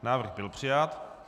Návrh byl přijat.